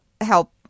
help